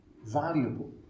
valuable